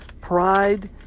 pride